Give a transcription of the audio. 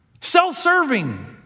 self-serving